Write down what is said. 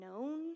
known